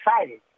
excited